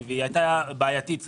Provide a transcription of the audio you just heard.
והיא הייתה בעייתית קצת.